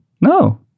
no